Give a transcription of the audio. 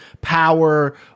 power